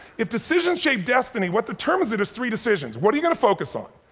if decisions shape destiny what determines it is three decisions. what are you gonna focus on?